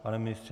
Pane ministře?